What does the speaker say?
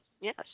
Yes